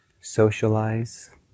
socialize